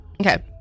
Okay